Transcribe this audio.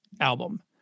album